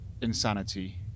insanity